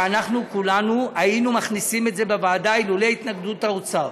שאנחנו כולנו היינו מכניסים אותה בוועדה אילולא התנגדות האוצר.